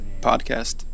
podcast